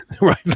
Right